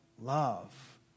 love